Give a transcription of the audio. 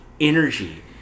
energy